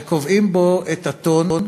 וקובעים בו את הטון,